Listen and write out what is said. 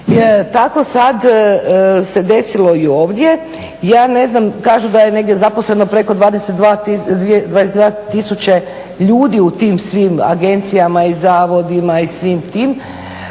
tako se sada desilo i ovdje. Ja ne znam, kažu da je zaposleno negdje preko 22 tisuće ljudi u tim svim agencijama i zavodima i svim tim.